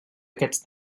aquests